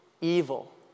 evil